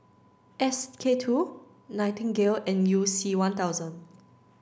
S K two Nightingale and You C one thousand